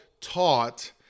taught